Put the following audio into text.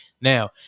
Now